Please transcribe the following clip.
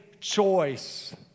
choice